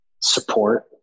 support